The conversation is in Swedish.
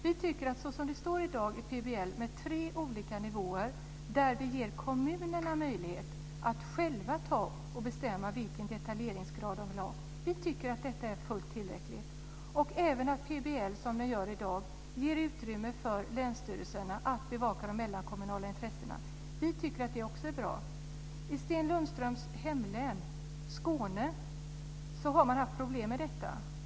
Vi tycker att det som i dag föreskrivs i PBL, där kommunerna ges möjlighet att på tre olika nivåer själva bestämma vilken detaljeringsgrad de vill ha, är fullt tillräckligt. Vidare ger PBL i dag utrymme för länsstyrelserna att bevaka de mellankommunala intressena. Vi tycker att också det är bra. I Sten Lundströms hemlän Skåne har man haft problem med detta.